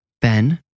Ben